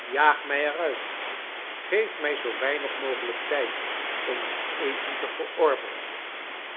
jaag mij er uit geef mij zoo weinig mogelijk tijd om mijn eten te verorberen